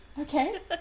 Okay